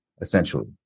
essentially